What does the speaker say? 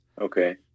Okay